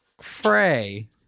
fray